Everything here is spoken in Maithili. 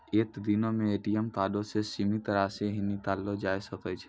एक दिनो मे ए.टी.एम कार्डो से सीमित राशि ही निकाललो जाय सकै छै